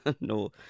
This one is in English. no